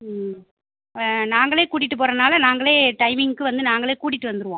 ம் நாங்களே கூட்டிகிட்டு போகிறதுனால நாங்களே டைமிங்க்கு வந்து நாங்களே கூட்டிகிட்டு வந்துடுவோம்